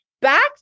back